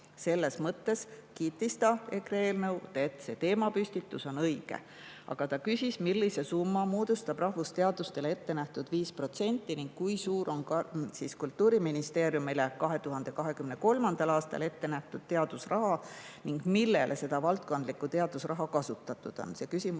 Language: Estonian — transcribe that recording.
Selles mõttes kiitis ta EKRE eelnõu, et teemapüstitus on õige, aga ta küsis, millise summa moodustab rahvusteadustele ette nähtud 5%, kui suur on Kultuuriministeeriumile 2023. aastal ette nähtud teadusraha ning milleks seda valdkondlikku teadusraha kasutatud on. See küsimus oli